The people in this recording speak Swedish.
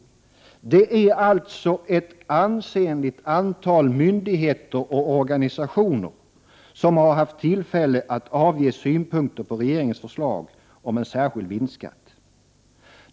Ett ansenligt antal myndigheter och organisationer har alltså haft tillfälle att avge synpunkter på regeringens förslag om en särskild vinstskatt.